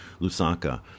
Lusaka